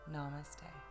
Namaste